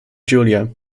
julia